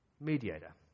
mediator